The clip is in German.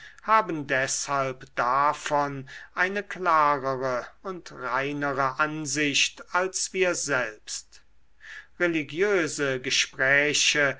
haben deshalb davon eine klarere und reinere ansicht als wir selbst religiöse gespräche